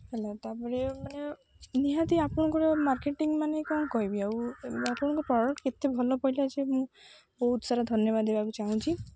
ହେଲା ତା'ପରେ ମାନେ ନିହାତି ଆପଣଙ୍କର ମାର୍କେଟିଂ ମାନେ କ'ଣ କହିବି ଆଉ ଆପଣଙ୍କ ପ୍ରଡ଼କ୍ଟ ଏତେ ଭଲ ପଡ଼ିଲା ଯେ ମୁଁ ବହୁତ ସାରା ଧନ୍ୟବାଦ ଦେବାକୁ ଚାହୁଁଛି